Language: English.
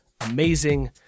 amazing